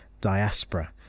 diaspora